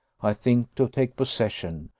i think, to take possession,